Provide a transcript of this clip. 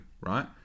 Right